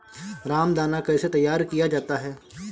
रामदाना कैसे तैयार किया जाता है?